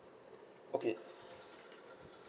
okay